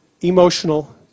emotional